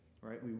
right